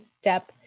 step